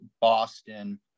Boston